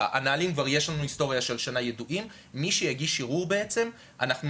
ויש לנו נהלים ידועים מי שיגיש ערעור נגיד מראש,